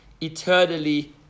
eternally